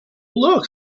look